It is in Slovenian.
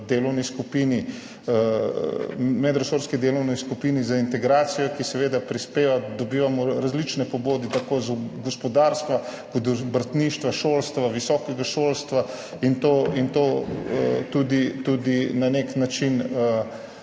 delovni skupini, medresorski delovni skupini za integracijo, ki seveda prispeva, dobivamo različne pobude tako iz gospodarstva kot obrtništva, šolstva, visokega šolstva. In to tudi na nek način